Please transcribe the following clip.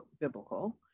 biblical